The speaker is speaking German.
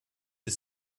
ist